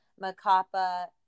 Macapa –